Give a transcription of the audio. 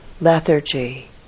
lethargy